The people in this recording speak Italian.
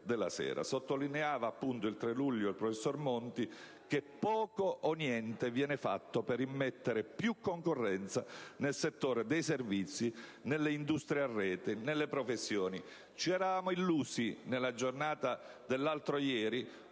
della Sera". Il 3 luglio il professor Monti sottolineava che poco o niente viene fatto per immettere più concorrenza nel settore dei servizi, nelle industrie a rete, nelle professioni. C'eravamo illusi, nella giornata dell'altro ieri,